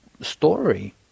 story